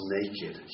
naked